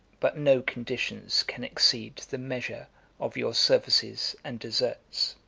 but no conditions can exceed the measure of your services and deserts.